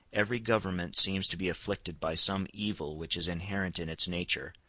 every government seems to be afflicted by some evil which is inherent in its nature,